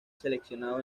seleccionado